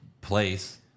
place